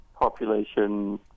population